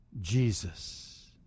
Jesus